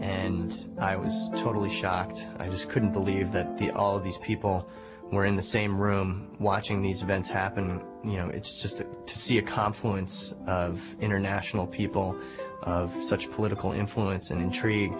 and i was totally shocked i just couldn't believe that the all of these people were in the same room watching these events happen you know it's just to see a confluence of international people of such political influence and intrigue